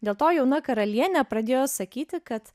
dėl to jauna karalienė pradėjo sakyti kad